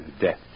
death